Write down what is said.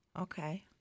Okay